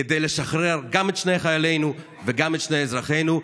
כדי לשחרר גם את שני חיילינו וגם את שני אזרחינו,